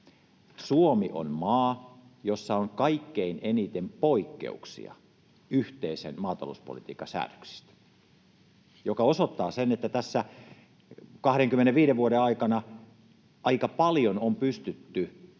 Suomi on maa, jossa on kaikkein eniten poikkeuksia yhteisen maatalouspolitiikan säädöksistä, mikä osoittaa, että tässä 25 vuoden aikana aika paljon on pystytty